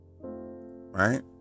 right